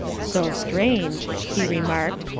so strange, he remarked,